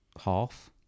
half